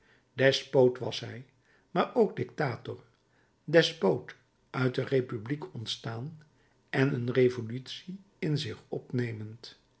despoot was hij maar ook dictator despoot uit de republiek ontstaan en een revolutie in zich opnemend